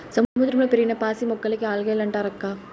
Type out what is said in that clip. సముద్రంలో పెరిగిన పాసి మొక్కలకే ఆల్గే లంటారక్కా